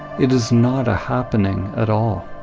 it is not a happening at all.